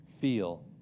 feel